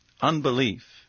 unbelief